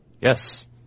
Yes